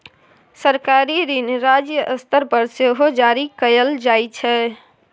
सरकारी ऋण राज्य स्तर पर सेहो जारी कएल जाइ छै